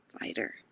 fighter